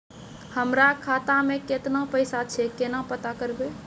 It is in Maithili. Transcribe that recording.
हमरा खाता मे केतना पैसा छै, केना पता करबै?